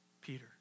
Peter